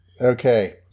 Okay